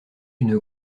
une